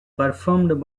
performed